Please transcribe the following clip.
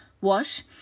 wash